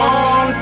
on